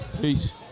Peace